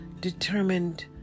determined